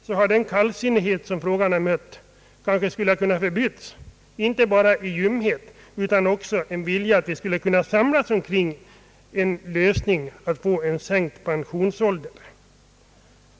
Då hade den kallsinnighet som frågan har mött kanske kunnat förbytas inte bara i ljumhet utan i en vilja att samlas kring en lösning för att få en sänkt pensionsålder.